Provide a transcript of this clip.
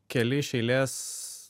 keli iš eilės